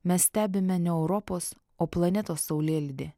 mes stebime ne europos o planetos saulėlydį